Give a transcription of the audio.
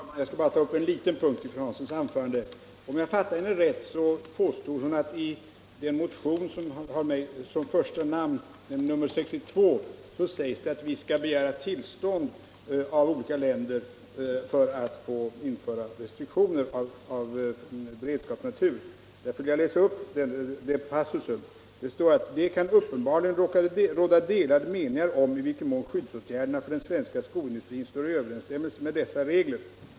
Herr talman! Jag skall bara ta upp en liten punkt i fru Hanssons anförande. Om jag fattade henne rätt, påstod hon att i den motion som har mig som första namn, motion 1975/76:62, föreslås det att vi skall begära tillstånd av olika länder för att få införa restriktioner av beredskapsnatur. Därför vill jag läsa upp den passus hon syftar på: ”Det kan uppenbarligen råda delade meningar om i vilken mån skyddsåtgärderna för den svenska skoindustrin står i överensstämmelse med dessa regler.